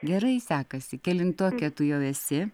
gerai sekasi kelintokė tu jau esi